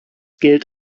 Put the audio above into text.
geld